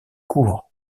court